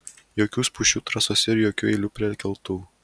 jokių spūsčių trasose ir jokių eilių prie keltuvų